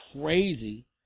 crazy